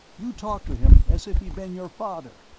you talked to him as if he'd been your father!